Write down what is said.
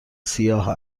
سیاه